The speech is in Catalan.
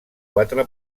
quatre